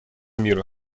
мира